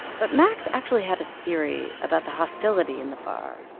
but max actually had a theory about the hostility in the bar,